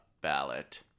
ballot